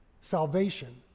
salvation